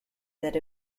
that